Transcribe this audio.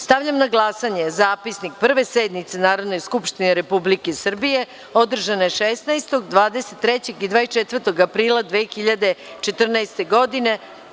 Stavljam na glasanje Zapisnik Prve sednice Narodne skupštine Republike Srbije održane 16, 23. i 24. aprila 2014. godine.